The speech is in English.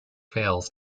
fails